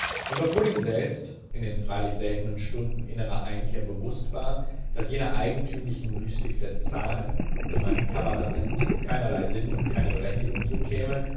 und obwohl ihm selbst in den freilich seltnen stunden innerer einkehr bewußt war daß jener eigentümlichen mystik der zahlen die man kabbala nennt keinerlei sinn und keine berechtigung zukäme